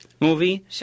movie